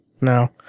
no